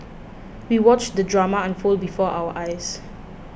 we watched the drama unfold before our eyes